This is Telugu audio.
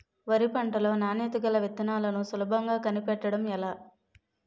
వరి పంట లో నాణ్యత గల విత్తనాలను సులభంగా కనిపెట్టడం ఎలా?